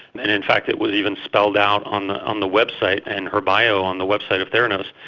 and in fact it was even spelled out on on the website and her bio on the website of theranos,